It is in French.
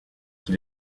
qui